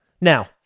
Now